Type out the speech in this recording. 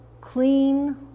clean